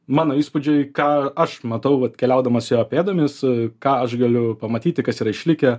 mano įspūdžiai ką aš matau vat keliaudamas jo pėdomis ką aš galiu pamatyti kas yra išlikę